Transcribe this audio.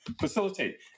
facilitate